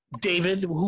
David